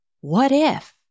what-if